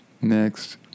next